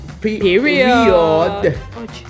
Period